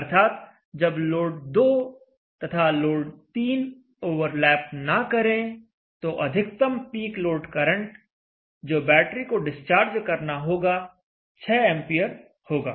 अर्थात जब लोड 2 तथा लोड 3 ओवरलैप ना करें तो अधिकतम पीक लोड करंट जो बैटरी को डिस्चार्ज करना होगा 6 एंपियर होगा